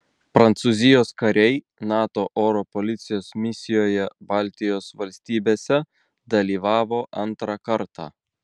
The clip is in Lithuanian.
prancūzijos kariai nato oro policijos misijoje baltijos valstybėse dalyvavo antrą kartą